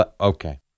Okay